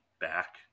back